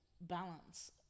balance